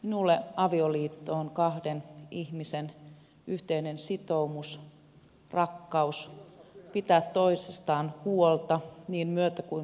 minulle avioliitto on kahden ihmisen yhteinen sitoumus rakkaus pitää toisistaan huolta niin myötä kuin vastoinkäymisissä